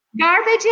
garbage